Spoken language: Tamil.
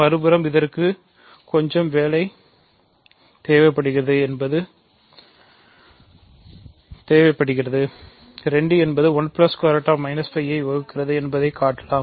மறுபுறம் இதற்கு கொஞ்சம் வேலை தேவைப்படுகிறது என்பது 2 என்பது 1 ✓ 5 ஐ வகுக்காது என்பதைக் காட்டலாம்